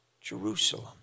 Jerusalem